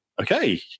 okay